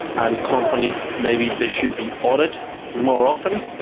and companies, maybe they should be audited more often,